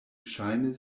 ŝajne